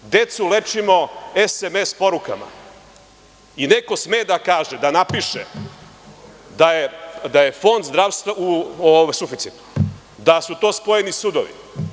Decu lečimo SMS porukama i neko sme da kaže, da napiše da je Fond zdravstva u suficitu, da su to spojeni sudovi.